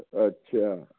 ਅੱਛਾ